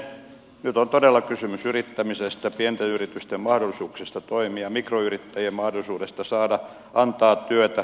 nyt on todella kysymys yrittämisestä pienten yritysten mahdollisuuksista toimia mikroyrittäjien mahdollisuudesta saada antaa työtä